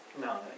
No